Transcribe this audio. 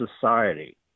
society